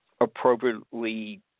appropriately